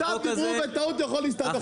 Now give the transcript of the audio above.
סתם דיברו בטעות יכולים להסתבך.